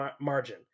margin